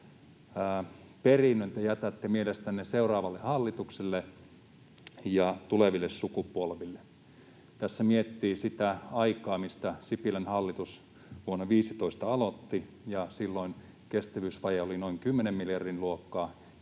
perinnön te jätätte mielestänne seuraavalle hallitukselle ja tuleville sukupolville? Tässä miettii sitä aikaa, mistä Sipilän hallitus vuonna 15 aloitti. Silloin kestävyysvaje oli noin kymmenen miljardin luokkaa,